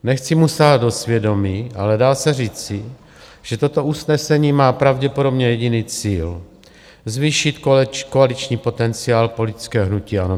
Nechci mu sahat do svědomí, ale dá se říci, že toto usnesení má pravděpodobně jediný cíl: zvýšit koaliční potenciál politického hnutí ANO 2011.